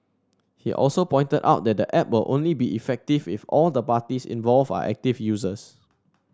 he also pointed out that the app will only be effective if all the parties involved are active users